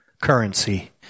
currency